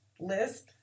list